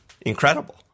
incredible